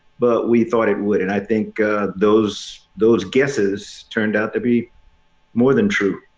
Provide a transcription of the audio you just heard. but we thought it would. and i think those, those guesses turned out to be more than truth.